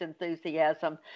enthusiasm